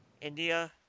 India